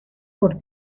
por